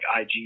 IG